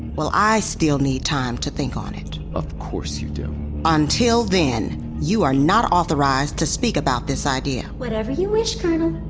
well i still need to think on it of course you do until then, you are not authorized to speak about this idea whatever you wish, colonel